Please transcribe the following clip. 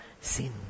Sin